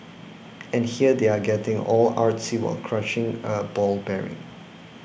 and here they are getting all artsy while crushing a ball bearing